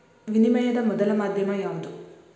ವಿನಿಮಯದ ಮೊದಲ ಮಾಧ್ಯಮ ಯಾವ್ದು